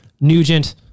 Nugent